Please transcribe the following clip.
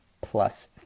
plus